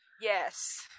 yes